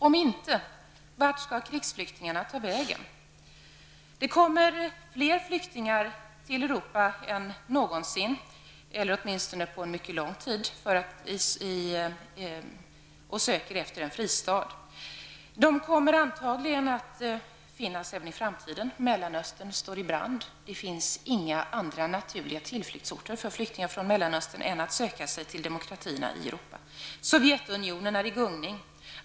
Om inte, vart skall krigsflyktingarna ta vägen? Det kommer fler flyktingar till Europa än någonsin eller åtminstone än på mycket lång tid. De söker efter en fristad. De kommer antagligen att finnas även i framtiden. Mellanöstern står i brand. Det finns inga andra naturliga tillflyktsorter för flyktingar från Mellanöstern än demokratierna i Europa. Sovjetunionen är i gungning.